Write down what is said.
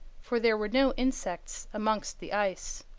for there were no insects amongst the ice.